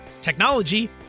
technology